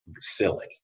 silly